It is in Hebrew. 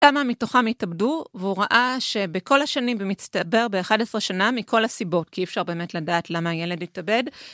כמה מתוכם התאבדו, והוא ראה שבכל השנים במצטבר ב-11 שנה מכל הסיבות, כי אי אפשר באמת לדעת למה הילד התאבד.